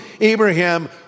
Abraham